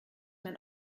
mein